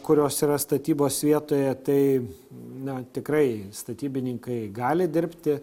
kurios yra statybos vietoje tai na tikrai statybininkai gali dirbti